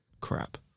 crap